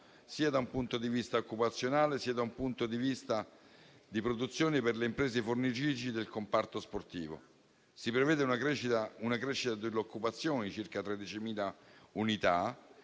sia da un punto di vista occupazionale, sia da quello della produzione per le imprese fornitrici del comparto sportivo. Si prevede una crescita dell'occupazione di circa 13.000 unità,